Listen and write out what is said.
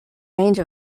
range